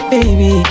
Baby